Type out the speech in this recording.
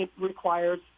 requires